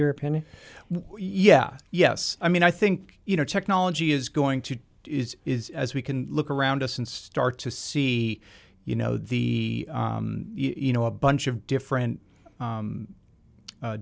well yeah yes i mean i think you know technology is going to is is as we can look around us and start to see you know the you know a bunch of different